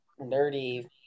nerdy